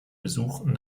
besuchten